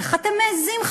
איך אתם מעזים,